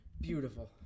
beautiful